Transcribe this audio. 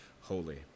holy